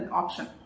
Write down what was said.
option